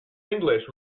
english